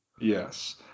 Yes